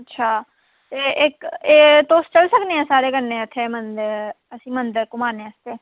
अच्छा ते इक एह् तुस चली सकने आं साढ़े कन्नै उत्थें मंदर असें मंदर घूमाने आस्तै